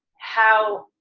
how.